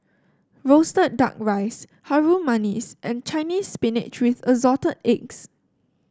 roasted duck rice Harum Manis and Chinese Spinach with Assorted Eggs